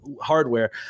hardware